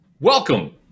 Welcome